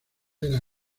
era